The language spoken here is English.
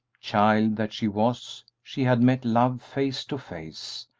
child that she was, she had met love face to face,